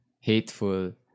hateful